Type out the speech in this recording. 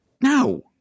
No